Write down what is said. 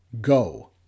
Go